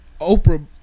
Oprah